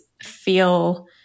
feel